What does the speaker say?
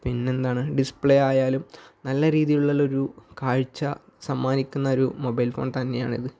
പിന്നെന്താണ് ഡിസ്പ്ലേ ആയാലും നല്ല രീതിയിലുള്ള ഒരു കാഴ്ച സമ്മാനിക്കുന്ന ഒരു മൊബൈൽ ഫോൺ തന്നെയാണിത്